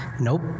Nope